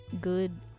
good